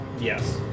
Yes